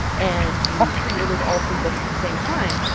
and you pre-ordered all three books at the same time,